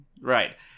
right